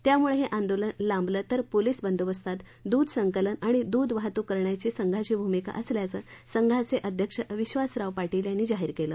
त्यामुळे हे आंदोलन लांबलं तर पोलीस बंदोबस्तात दूध संकलन आणि दूध वाहतूक करण्याची संघाची भूमिका असल्याचं संघाचे अध्यक्ष विक्वासराव पाटील यांनी जाहीर केलं